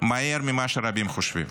מהר ממה שרבים חושבים.